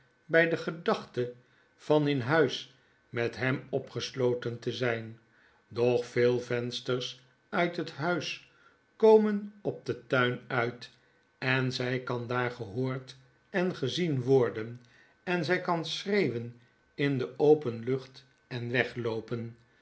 bij de gedachte van in huis met hem opgesloten te zijn doch veel vensters uit het huis komen op den tuin uit en zij kan daar gehoord en gezien worden en zij kan schreeuwen in de open lucht en wegloopen